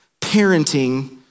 parenting